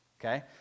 okay